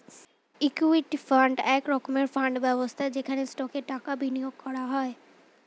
equity fund এক রকমের fund ব্যবস্থা যেখানে স্টকে টাকা বিনিয়োগ করা হয়